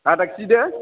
आदा केजि दे